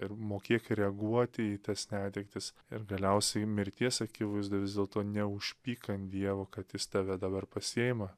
ir mokėk reaguoti į tas netektis ir galiausiai mirties akivaizdoj vis dėlto neužpyk ant dievo kad jis tave dabar pasiima